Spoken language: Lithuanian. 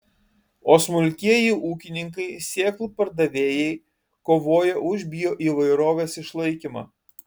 o smulkieji ūkininkai sėklų pardavėjai kovoja už bioįvairovės išlaikymą